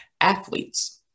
athletes